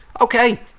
Okay